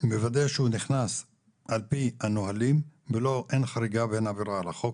מוודא שהוא נכנס על פי הנהלים ואין חריגה ואין עבירה על החוק,